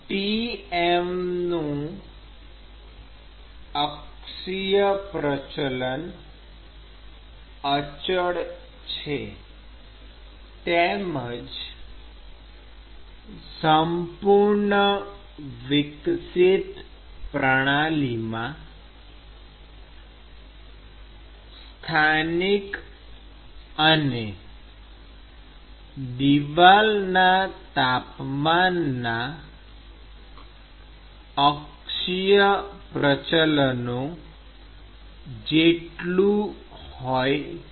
Tm નું અક્ષીય પ્રચલન અચળ છે તેમજ સંપૂર્ણ વિકસિત પ્રણાલીમાં સ્થાનિક અને દિવાલના તાપમાનના અક્ષીય પ્રચલનો જેટલું હોય છે